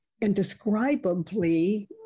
indescribably